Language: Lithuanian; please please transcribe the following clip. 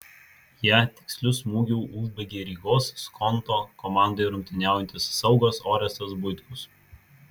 ją tiksliu smūgiu užbaigė rygos skonto komandoje rungtyniaujantis saugas orestas buitkus